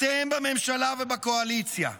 אתם בממשלה ובקואליציה,